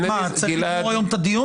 מה, צריך לגמור היום את הדיון?